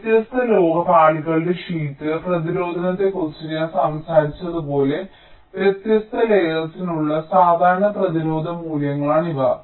വ്യത്യസ്ത ലോഹ പാളികളുടെ ഷീറ്റ് പ്രതിരോധത്തെക്കുറിച്ച് ഞാൻ സംസാരിച്ചതുപോലെ വ്യത്യസ്ത ലേയേർസിനുള്ള സാധാരണ പ്രതിരോധ മൂല്യങ്ങളാണ് ഇവ